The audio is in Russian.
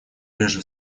реже